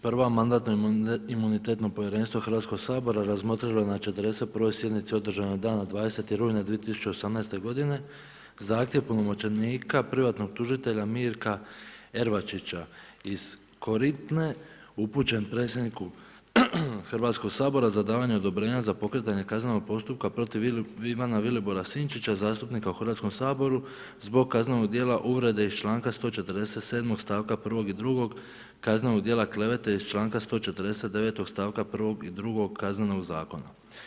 Prvo Mandatno imunitetno povjerenstvo Hrvatskog sabora razmotrilo je na 41. sjednici održanog dana 20. rujna 2018. g. zahtjev opunomoćenika privatnog tužitelja Mirka Ervačića iz Koritne, upućen predsjedniku Hrvatskog sabora za davanje odobrenja za pokretanje kaznenog postupka protiv Ivana Vilibora Sinčića, zastupnika u Hrvatskom saboru, zbog kaznenog dijela uvrede iz čl. 147. stavka 1. i 2. kaznenog dijela klevete iz čl. 149. stavka 1. i 2. Kaznenog zakona.